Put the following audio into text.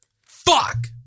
Fuck